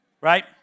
right